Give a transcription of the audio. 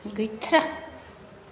गैथारा